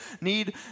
need